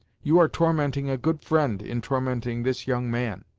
you are tormenting a good friend, in tormenting this young man!